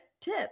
tip